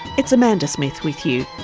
it's amanda smith with you.